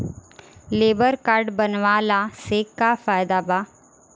Labour card बनवाला से का फायदा बा?